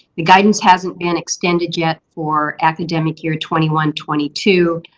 the guidance hasn't been extended yet for academic year twenty one twenty two,